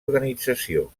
organització